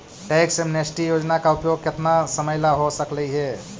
tax amnesty योजना का उपयोग केतना समयला हो सकलई हे